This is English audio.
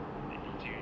that teacher